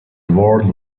world